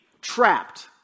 trapped